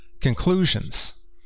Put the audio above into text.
conclusions